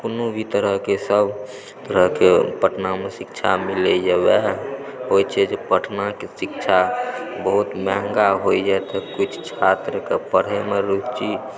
कोनो भी तरहकेँ सभ तरहकेँ पटनामे शिक्षा मिलैए वएह होइ छै जे पटनाके शिक्षा बहुत महँगा होइए तऽ किछु छात्रके पढ़यमे रुचि